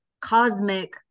cosmic